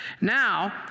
Now